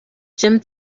jim